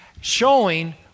showing